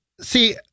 see